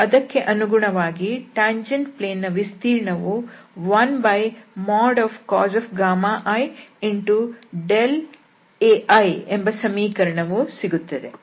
ಈಗ ಅದಕ್ಕೆ ಅನುಗುಣವಾಗಿ ಟ್ಯಾಂಜೆಂಟ್ ಪ್ಲೇನ್ ನ ವಿಸ್ತೀರ್ಣವು 1cos i Ai ಎಂಬ ಸಮೀಕರಣ ಸಿಗುತ್ತದೆ